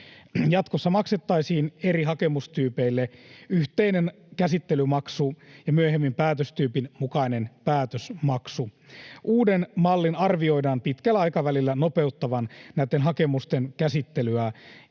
Jatkossa maksettaisiin eri hakemustyypeille yhteinen käsittelymaksu ja myöhemmin päätöstyypin mukainen päätösmaksu. Uuden mallin arvioidaan pitkällä aikavälillä nopeuttavan näitten hakemusten käsittelyä